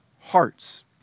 hearts